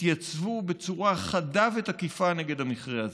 תתייצבו בצורה חדה ותקיפה נגד המכרה הזה.